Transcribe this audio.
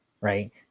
right